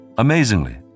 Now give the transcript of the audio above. Amazingly